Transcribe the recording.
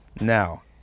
Now